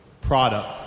product